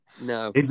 no